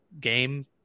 Game